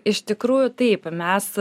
iš tikrųjų taip mes